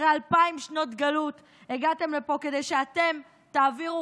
אחרי אלפיים שנות גלות הגעתם לפה כדי שאתם תעבירו